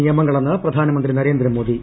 നിയമങ്ങളെന്ന് പ്രധാനമന്ത്രി നരേന്ദ്രമോദി